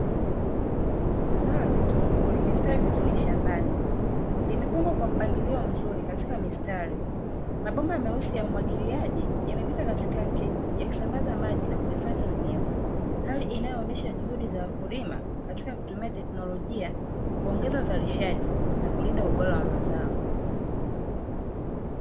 Zao la vitunguu limesitawi vizuri shambani. Limepangwa kwa mpangilio mzuri katika mistari. Mabomba meusi ya umwagiliaji yamepita katikati yakisambaza maji na kuhifadhi unyevu. Hali inayoonyesha juhudi za wakulima katika kutumia teknolojia kuongeza uzalishaji, na kulinda ubora wa mazao.